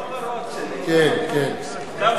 חלום ורוד שלי, לא.